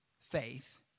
faith